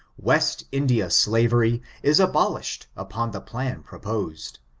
west india slavery is abolished upon the plan proposed.